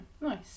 nice